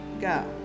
go